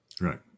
Right